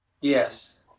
Yes